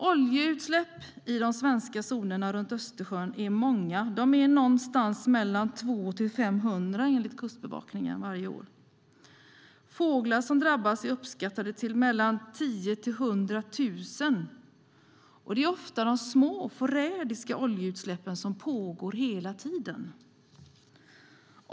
Oljeutsläpp i den svenska zonen runt Östersjön är många. De är någonstans mellan 200 och 500 varje år, enligt Kustbevakningen. Antalet fåglar som drabbas är uppskattat till mellan 10 000 och 100 000. Det beror ofta på de små, förrädiska oljeutsläppen, som pågår hela tiden.